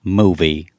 movie